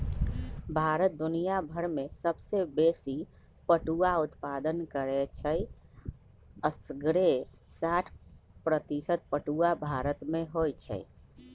भारत दुनियाभर में सबसे बेशी पटुआ उत्पादन करै छइ असग्रे साठ प्रतिशत पटूआ भारत में होइ छइ